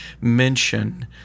mention